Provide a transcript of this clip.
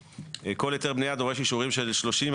שכל היתר בנייה דורש אישורים של 30,